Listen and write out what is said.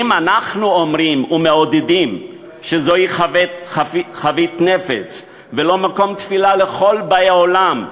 אם אנחנו אומרים ומעודדים שזוהי חבית נפץ ולא מקום תפילה לכל באי עולם,